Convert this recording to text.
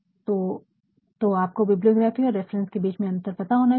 तो तो आपको बिबलियोग्राफी और रेफरन्स के बीच में अंतर पता होना चाहिए